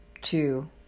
two